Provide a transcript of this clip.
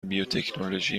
بیوتکنولوژی